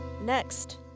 Next